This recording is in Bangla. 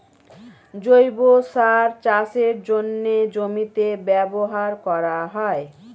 জৈব সার চাষের জন্যে জমিতে ব্যবহার করা হয়